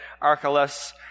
Archelaus